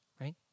right